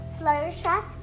Fluttershy